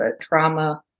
trauma